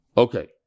Okay